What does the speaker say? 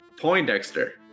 Poindexter